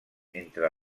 entre